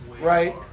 right